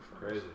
crazy